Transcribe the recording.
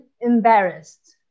embarrassed